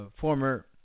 former